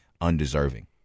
undeserving